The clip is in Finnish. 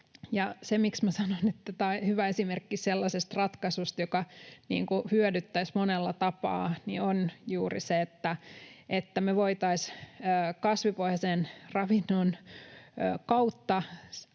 minä sanoin, että tämä on hyvä esimerkki sellaisesta ratkaisusta, joka hyödyttäisi monella tapaa, on juuri se, että me voisimme kasvipohjaisen ravinnon kautta